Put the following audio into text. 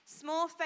small